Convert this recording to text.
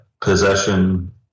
possession